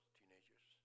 teenagers